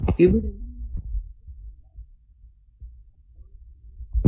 ഇവിടെയും നമുക്ക് LC ഉണ്ടാക്കാനാകും